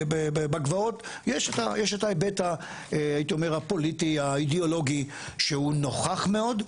בגבעות יש את ההיבט הייתי אומר הפוליטי האידיאולוגי שהוא נוכח מאוד,